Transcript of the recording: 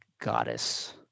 goddess